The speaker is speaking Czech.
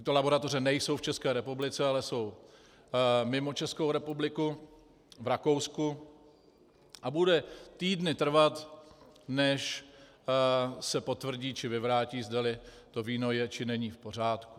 Tyto laboratoře nejsou v České republice, ale jsou mimo Českou republiku, v Rakousku, a bude týdny trvat, než se potvrdí či vyvrátí, zdali to víno je či není v pořádku.